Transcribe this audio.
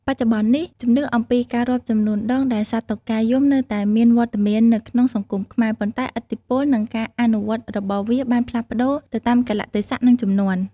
បច្ចុប្បន្ននេះ ជំនឿអំពីការរាប់ចំនួនដងដែលសត្វតុកែយំនៅតែមានវត្តមាននៅក្នុងសង្គមខ្មែរ ប៉ុន្តែឥទ្ធិពល និងការអនុវត្តរបស់វាបានផ្លាស់ប្ដូរទៅតាមកាលៈទេសៈ និងជំនាន់។